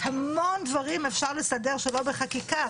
המון דברים אפשר לסדר שלא בחקיקה.